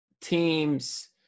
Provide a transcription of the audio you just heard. teams